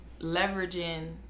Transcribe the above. leveraging